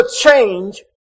change